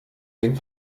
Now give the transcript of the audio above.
den